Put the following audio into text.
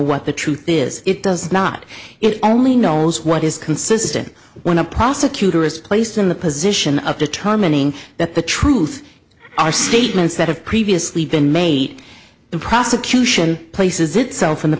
what the truth is it does not it only knows what is consistent when a prosecutor is placed in the position of determining that the truth are statements that have previously been made the prosecution places itself in the